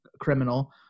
criminal